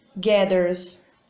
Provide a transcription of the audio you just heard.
gathers